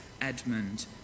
Edmund